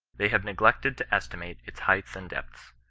they have neglected to estimate its heights and depths.